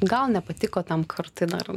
gal nepatiko tam kartui na ir